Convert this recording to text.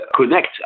connect